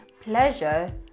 pleasure